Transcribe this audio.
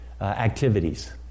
activities